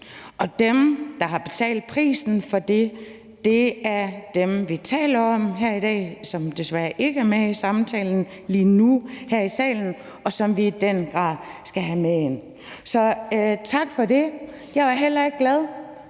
Og dem, der har betalt prisen for det, er dem, vi taler om her i dag, og som desværre ikke er med i samtalen lige nu her i salen, og som vi i den grad skal have med ind. Så tak for det. Der var et par